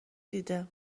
دیده